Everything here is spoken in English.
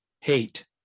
hate